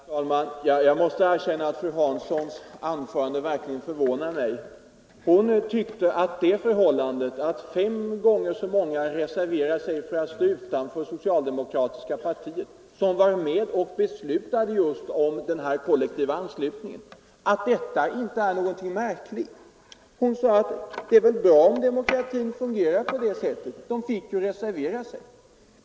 Herr talman! Jag måste erkänna att fru Hanssons anförande verkligen förvånar mig. Hon tycker inte att det är någonting märkligt att fem gånger så många reserverade sig, för att stå utanför det socialdemokratiska partiet, som det antal fackföreningsmedlemmar som var med och beslutade om kollektivanslutningen. Hon sade att det är bra om demokratin fungerar på det sättet. De fick ju reservera sig!